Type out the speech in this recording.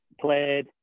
played